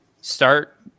start